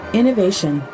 innovation